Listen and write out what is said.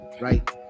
right